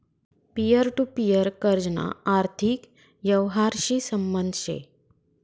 peer to peer कर्जना आर्थिक यवहारशी संबंध शे